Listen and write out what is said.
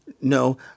No